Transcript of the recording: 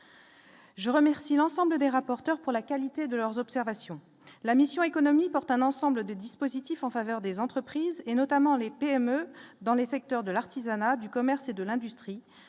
je remercie l'ensemble des rapporteur pour la qualité de leurs observations, la mission économique porte un ensemble de dispositifs en faveur des entreprises et notamment les PME dans les secteurs de l'artisanat, du commerce et de l'industrie